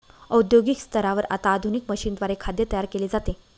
औद्योगिक स्तरावर आता आधुनिक मशीनद्वारे खाद्य तयार केले जाते